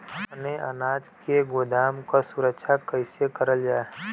अपने अनाज के गोदाम क सुरक्षा कइसे करल जा?